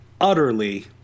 utterly